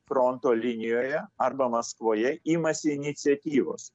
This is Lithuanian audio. fronto linijoje arba maskvoje imasi iniciatyvos